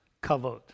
covered